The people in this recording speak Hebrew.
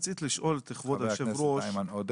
רציתי לשאול את כבוד היושב ראש